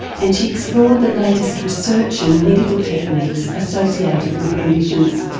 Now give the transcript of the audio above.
and she explored the latest research and medical techniques associated with the conditions.